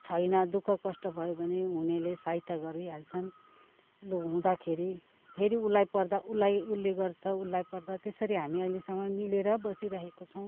छैन दु ख कष्ट भयो भने हुनेले सहायता गरिहाल्छन् लु हुँदाखेरि फेरि उसलाई पर्दा उसलाई उसले गर्छ उसलाई पर्दा त्यसरी हामी अहिलेसम्म मिलेर बसिरहेको छौँ